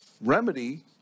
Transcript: remedy